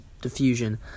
diffusion